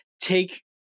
take